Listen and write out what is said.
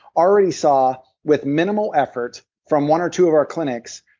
already saw, with minimal effort, from one or two of our clinics,